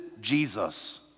Jesus